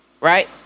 Right